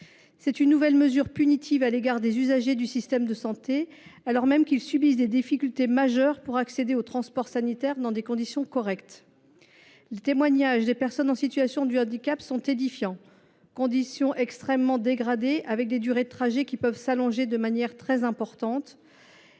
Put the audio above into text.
C’est une nouvelle mesure punitive à l’égard des usagers du système de santé, alors même qu’ils rencontrent des difficultés majeures pour accéder au transport sanitaire dans des conditions correctes. Les témoignages des personnes en situation de handicap sont édifiants : conditions extrêmement dégradées, la durée des trajets pouvant être allongée de manière très importante